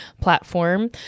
platform